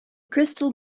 crystal